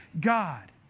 God